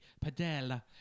padella